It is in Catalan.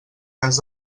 cas